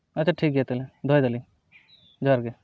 ᱟᱪᱪᱷᱟ ᱴᱷᱤᱠ ᱜᱮᱭᱟ ᱛᱟᱦᱚᱞᱮ ᱫᱚᱦᱚᱭ ᱫᱟᱞᱤᱧ ᱡᱚᱦᱟᱨᱜᱮ